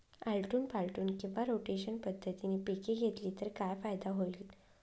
आलटून पालटून किंवा रोटेशन पद्धतीने पिके घेतली तर काय फायदा होईल?